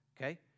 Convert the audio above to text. okay